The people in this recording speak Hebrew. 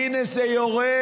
הינה זה יורד.